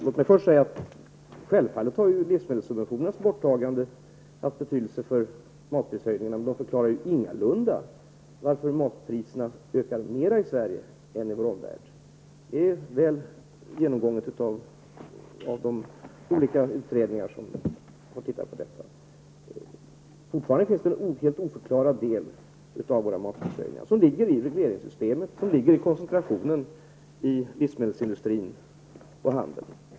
Låt mig först säga att livsmedelssubventionernas borttagande självfallet har haft betydelse för matprishöjningarna, men att de ingalunda förklarar varför matpriserna ökar mera i Sverige än i vår omvärld. Det är mycket väl genomgånget av de utredningar som har studerat dessa frågor. Fortfarande finns det en helt oförklarad del av våra matprishöjningar, en del som har sin grund i regleringssystemet och i koncentrationen inom livsmedelsindustrin och handeln.